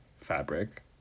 fabric